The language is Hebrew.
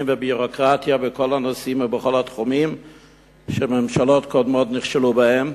וביורוקרטיה בכל הנושאים ובכל התחומים שממשלות קודמות נכשלו בהם.